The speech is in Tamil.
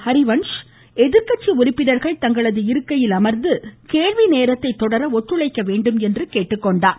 ஹரிவன்ச் எதிர்க்கட்சி உறுப்பினர்கள் தங்களது இருக்கையில் அமர்ந்து கேள்வி நேரத்தை தொடர ஒத்துழைக்க கேட்டுக்கொண்டார்